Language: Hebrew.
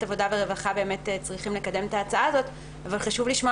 העבודה והרווחה צריכים לקדם את ההצעה הזאת אבל חשוב לשמוע